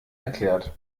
erklärt